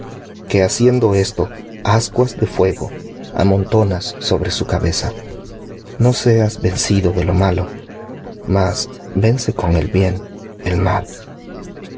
que haciendo esto ascuas de fuego amontonas sobre su cabeza no seas vencido de lo malo mas vence con el bien el mal